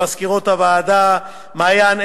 למזכירות הוועדה מעיין,